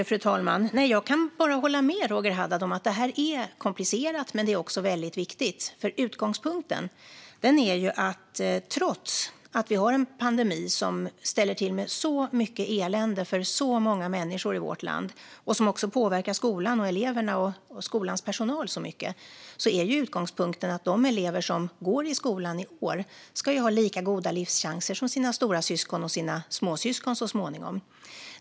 Fru talman! Jag kan bara hålla med Roger Haddad om att detta är komplicerat, men det är också väldigt viktigt. Trots att vi har en pandemi som ställer till med mycket elände för många människor i vårt land och som också påverkar skolan, eleverna och skolans personal väldigt mycket är utgångspunkten att de elever som går i skolan i år ska ha lika goda livschanser som sina storasyskon och, så småningom, sina småsyskon.